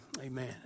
amen